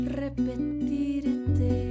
repetirte